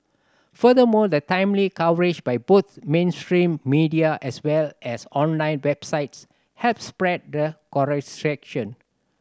furthermore the timely coverage by both mainstream media as well as online websites help spread the